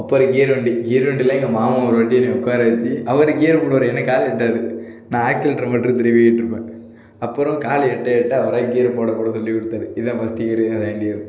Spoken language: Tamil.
அப்புறம் கியர் வண்டி கியர் வண்டியில் எங்கள் மாமா ஒரு வாட்டி என்னைய உட்கார வெச்சி அவர் கியரு போடுவார் எனக்கு காலு எட்டாது நான் ஆக்சலரேட்டரை மட்டும் திருவிட்ருப்பேன் அப்பறம் காலு எட்ட எட்ட அவராக கியரு போட போட சொல்லிக் கொடுத்தாரு இதான் ஃபஸ்ட்டு கியரு இதான் செகேண்ட் கியரு